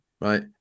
right